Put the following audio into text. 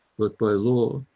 but by law,